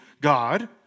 God